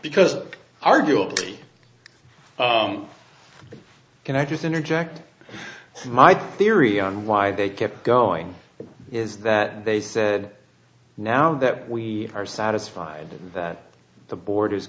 because arguably can i just interject my theory on why they kept going is that they said now that we are satisfied that the board is